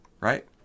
right